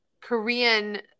Korean